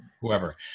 whoever